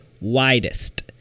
widest